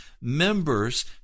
members